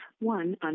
one